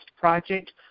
project